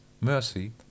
mercy